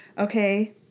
Okay